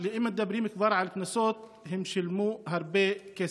אם מדברים כבר על קנסות, הם שילמו הרבה כסף.